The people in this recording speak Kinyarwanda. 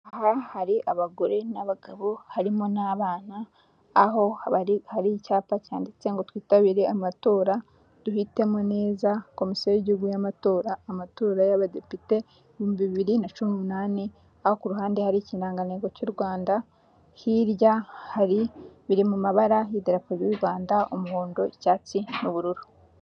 Aha hari abagore n'abagabo harimo n'abana, aho bari hari icyapa cyanditse ngo twitabire amatora, duhitemo neza Komisiyo y'Igihugu y'amatora, amatora y'Abadepite ibihumbi bibiri na cumi n'umunani, aho ku ruhande hari ikirangantego cy'u Rwanda, hirya hari biri mu mabara y'idarapo ry'u Rwanda umuhondo, icyatsi n'ubururu.